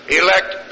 elect